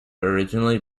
originally